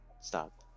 stop